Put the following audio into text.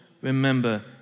remember